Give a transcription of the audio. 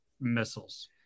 missiles